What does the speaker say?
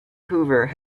hoover